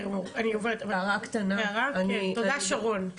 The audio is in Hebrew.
תודה שרון,